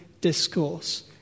discourse